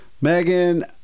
Megan